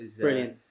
Brilliant